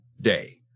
day